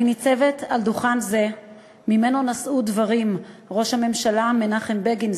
אני ניצבת על דוכן זה שממנו נשאו דברים ראש הממשלה מנחם בגין,